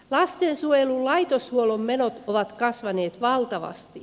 lastensuojelun laitoshuollon menot ovat kasvaneet valtavasti